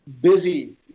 busy